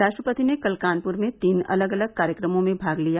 राष्ट्रपति ने कल कानपुर में तीन अलग अलग कार्यक्रमों में भाग लिया